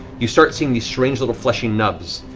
you start seeing these strange little fleshy nubs,